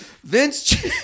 Vince